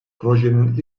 projenin